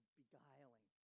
beguiling